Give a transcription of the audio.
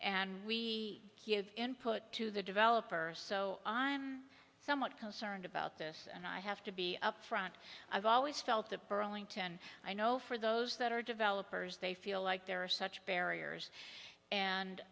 and we give input to the developer so i'm somewhat concerned about this and i have to be upfront i've always felt that burlington i know for those that are developers they feel like there are such barriers and